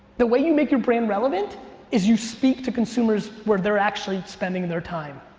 the way you make your brand relevant is you speak to consumers where they're actually spending their time.